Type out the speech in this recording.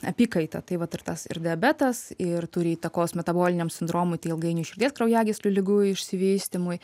apykaita tai vat ir tas ir diabetas ir turi įtakos metaboliniam sindromui tai ilgainiui širdies kraujagyslių ligų išsivystymui